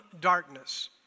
darkness